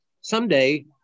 someday